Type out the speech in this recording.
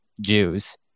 Jews